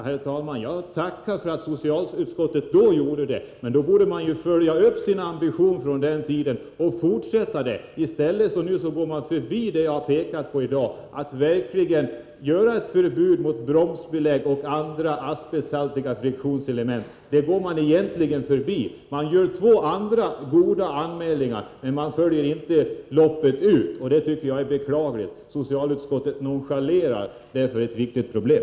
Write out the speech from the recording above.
Herr talman! Jag tackar för att socialutskottet då gjorde det. Men man borde ju följa upp sina ambitioner från den tiden. I stället går man nu förbi förslaget, som jag påpekade tidigare i dag, att verkligen införa ett förbud mot bromsbelägg och andra asbesthaltiga friktionselement. Man går egentligen förbi förslaget. Man gör ett par goda anmälningar men fullföljer inte loppet fullt ut. Det tycker jag är beklagligt. Socialutskottet nonchalerar därmed ett viktigt problem.